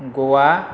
ग'वा